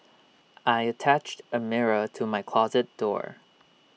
I attached A mirror to my closet door